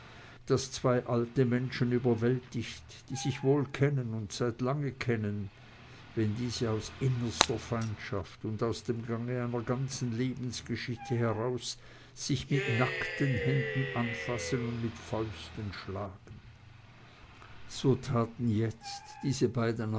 das zwei alte menschen überwältigt die sich wohl kennen und seit lange kennen wenn diese aus innerster feindschaft und aus dem gange einer ganzen lebensgeschichte heraus sich mit nackten händen anfassen und mit fäusten schlagen so taten jetzt diese beide